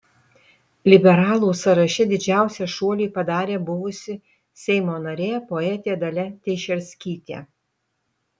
liberalų sąraše didžiausią šuolį padarė buvusi seimo narė poetė dalia teišerskytė